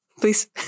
please